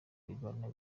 ibiganiro